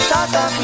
Tata